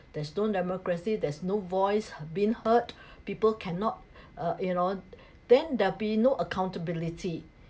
there's no democracy there's no voice being heard people cannot uh you know then there'll be no accountability